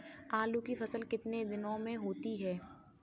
आलू की फसल कितने दिनों में होती है?